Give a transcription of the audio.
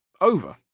over